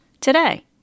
today